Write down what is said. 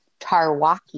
Tarwaki